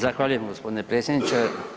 Zahvaljujem gospodine predsjedniče.